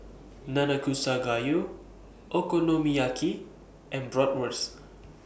Nanakusa Gayu Okonomiyaki and Bratwurst